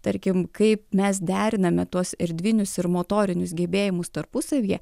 tarkim kaip mes deriname tuos erdvinius ir motorinius gebėjimus tarpusavyje